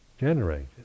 generated